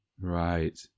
Right